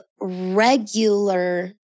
regular